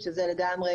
כרמית.